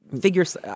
figures